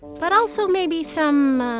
but also maybe some,